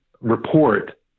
report